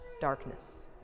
darkness